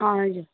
हजुर